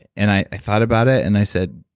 and i thought about it, and i said,